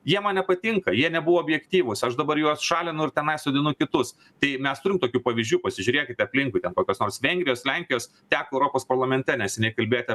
jie man nepatinka jie nebuvo objektyvūs aš dabar juos šalinu ir tenai sodinu kitus tai mes turim tokių pavyzdžių pasižiūrėkit aplinkui ant kokios nors vengrijos lenkijos teko europos parlamente neseniai kalbėti